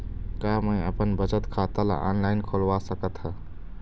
का मैं अपन बचत खाता ला ऑनलाइन खोलवा सकत ह?